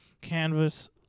canvas